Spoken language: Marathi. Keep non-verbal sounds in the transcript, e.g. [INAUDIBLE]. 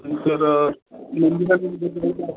नंतर [UNINTELLIGIBLE]